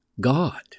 God